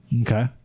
Okay